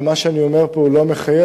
ומה שאני אומר פה לא מחייב.